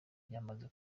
byamaze